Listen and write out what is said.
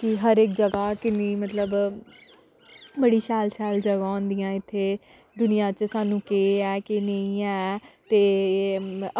कि हर इक जगा किन्नी बड़ी शैल शैल जगां होंदियां इत्थें दुनियां च साह्नूं केह् ऐ केह् नेंई ते